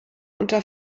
unter